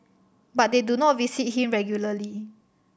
but they do not visit him regularly